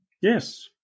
Yes